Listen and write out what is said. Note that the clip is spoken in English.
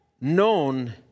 known